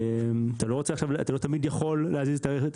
אתה לא תמיד יכול להזיז הרכב,